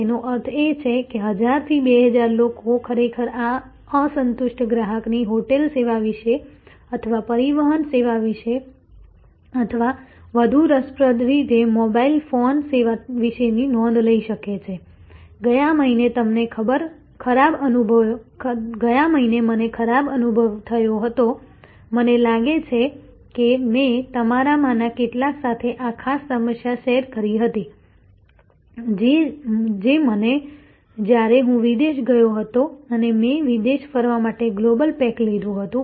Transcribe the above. તેનો અર્થ એ કે 1000 થી 2000 લોકો ખરેખર આ અસંતુષ્ટ ગ્રાહકની હોટેલ સેવા વિશે અથવા પરિવહન સેવા વિશે અથવા વધુ રસપ્રદ રીતે મોબાઇલ ફોન સેવા વિશેની નોંધ લઈ શકે છે ગયા મહિને મને ખરાબ અનુભવ થયો હતો મને લાગે છે કે મેં તમારામાંના કેટલાક સાથે આ ખાસ સમસ્યા શેર કરી હતી જે મને જ્યારે હું વિદેશ ગયો હતો અને મેં વિદેશ ફરવા માટે ગ્લોબલ પેક લીધું હતું